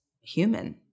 human